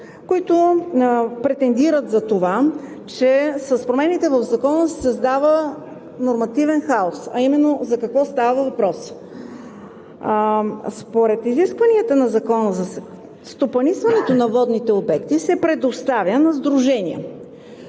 които претендират, че с промените в Закона се създава нормативен хаос. За какво става въпрос? Според изискванията на Закона стопанисването на водните обекти се предоставя на сдружения.